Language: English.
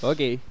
Okay